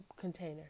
container